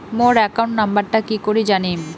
মোর account নাম্বারটা কি করি জানিম?